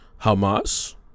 Hamas